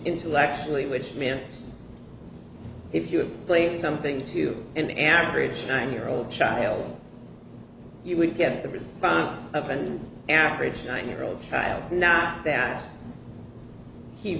intellectually which meant if you explained something to an average nine year old child you would get the response of an average nine year old child not that he